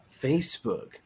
Facebook